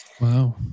Wow